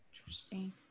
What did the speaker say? Interesting